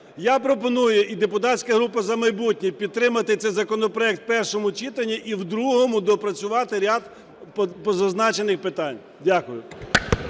Я пропоную і депутатська група "За майбутнє" підтримати цей законопроект в першому читанні і в другому доопрацювати ряд по зазначених питаннях. Дякую.